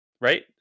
Right